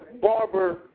barber